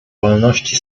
wolności